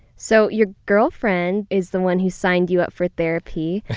so your girlfriend is the one who signed you up for therapy.